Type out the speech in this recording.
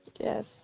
Yes